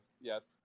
yes